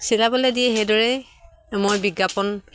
চিলাবলৈ দি সেইদৰে মই বিজ্ঞাপন